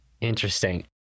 Interesting